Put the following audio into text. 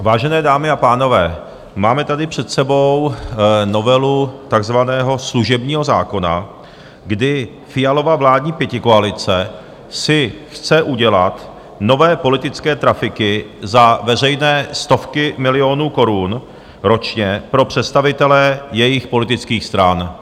Vážené dámy a pánové, máme tady před sebou novelu takzvaného služebního zákona, kdy Fialova vládní pětikoalice si chce udělat nové politické trafiky za veřejné stovky milionů korun ročně pro představitele jejích politických stran.